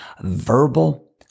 verbal